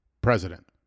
president